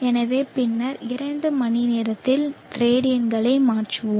எனவே பின்னர் இரண்டு மணி நேரத்தில் ரேடியன்களை மாற்றுவோம்